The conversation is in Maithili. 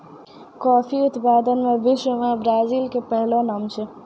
कॉफी उत्पादन मॅ विश्व मॅ ब्राजील के पहलो नाम छै